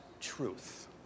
truth